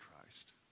Christ